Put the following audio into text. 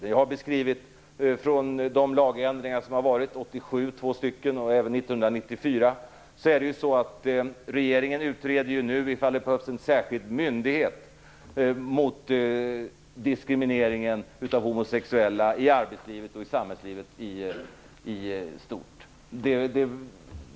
Jag har beskrivit de två lagändringar som skedde 1987 och även den som gjordes 1994. Regeringen utreder nu om det behövs en särskild myndighet mot diskrimineringen av homosexuella i arbetslivet och i samhällslivet i stort.